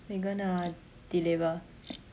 they gonna deliver